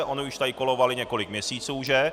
Ony už tady kolovaly několik měsíců, že?